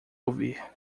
ouvir